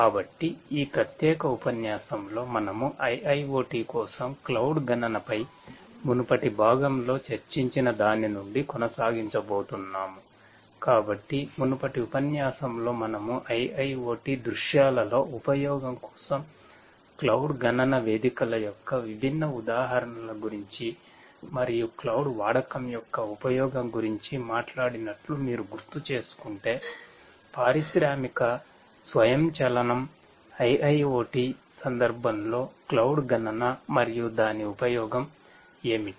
కాబట్టి ఈ ప్రత్యేక ఉపన్యాసంలో మనము IIoT కోసం క్లౌడ్ గణన మరియు దాని ఉపయోగం ఏమిటి